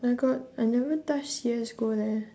I got I never touch C_S-go leh